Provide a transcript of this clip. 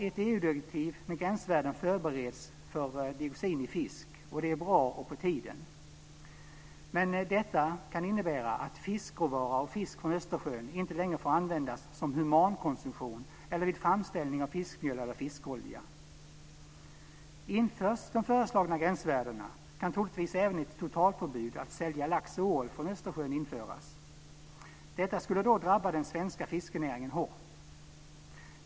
Ett EU-direktiv med gränsvärden förbereds för dioxin i fisk. Det är bra och på tiden. Men detta kan innebära att fiskråvara och fisk från Östersjön inte längre får användas för humankonsumtion eller vid framställning av fiskmjöl och fiskolja. Införs de föreslagna gränsvärdena kan troligtvis även ett totalförbud att sälja lax och ål från Östersjön införas. Detta skulle då drabba den svenska fiskenäringen hårt.